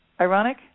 Ironic